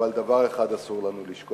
אבל דבר אחד אסור לנו לשכוח.